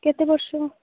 କେତେ ବର୍ଷରୁ